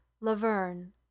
Laverne